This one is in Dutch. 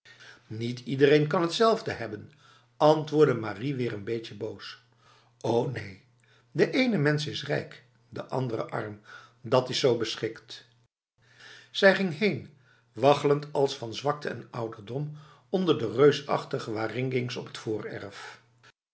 niet iedereen kan hetzelfde hebben antwoordde marie weer een beetje boos o neen de ene mens is rijk de andere arm dat is zo beschiktf zij ging heen waggelend als van zwakte en ouderdom onder de reusachtige waringins op het voorerf